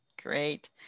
Great